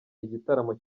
igitaramo